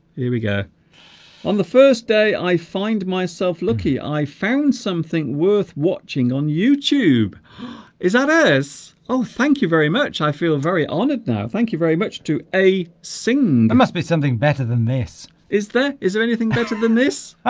here we go on the first day i find myself lucky i found something worth watching on youtube is that as oh thank you very much i feel very honored now thank you very much a sing there must be something better than this is there is there anything better than this